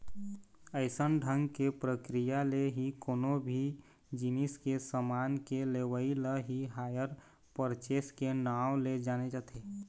अइसन ढंग के प्रक्रिया ले ही कोनो भी जिनिस के समान के लेवई ल ही हायर परचेस के नांव ले जाने जाथे